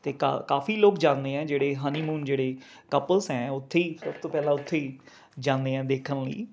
ਅਤੇ ਕਾ ਕਾਫੀ ਲੋਕ ਜਾਂਦੇ ਹੈ ਜਿਹੜੇ ਹਨੀਮੂਨ ਜਿਹੜੇ ਕਪਲਸ ਹੈ ਉੱਥੇ ਹੀ ਸਭ ਤੋਂ ਪਹਿਲਾਂ ਉੱਥੇ ਹੀ ਜਾਂਦੇ ਆ ਦੇਖਣ ਲਈ